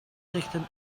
richten